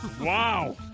Wow